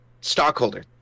stockholder